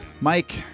Mike